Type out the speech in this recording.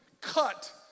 cut